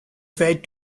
vet